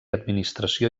administració